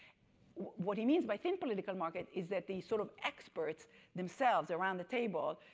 what he means by thin political market is that the sort of experts themselves around the table.